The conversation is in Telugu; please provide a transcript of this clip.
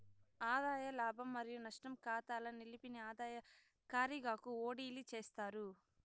ఆదాయ లాభం మరియు నష్టం కాతాల నిలిపిన ఆదాయ కారిగాకు ఓడిలీ చేస్తారు